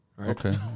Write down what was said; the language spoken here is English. Okay